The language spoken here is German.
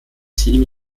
team